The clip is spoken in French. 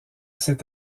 cet